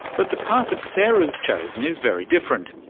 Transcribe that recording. but the path that sarah has chosen is very different.